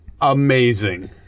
amazing